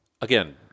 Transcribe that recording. Again